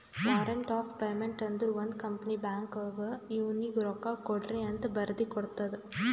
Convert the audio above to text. warrant of payment ಅಂದುರ್ ಒಂದ್ company ಬ್ಯಾಂಕ್ಗ್ ಇವ್ನಿಗ ರೊಕ್ಕಾಕೊಡ್ರಿಅಂತ್ ಬರ್ದಿ ಕೊಡ್ತದ್